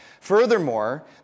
Furthermore